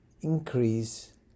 increase